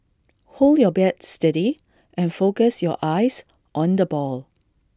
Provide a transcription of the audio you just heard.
hold your bat steady and focus your eyes on the ball